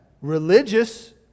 Religious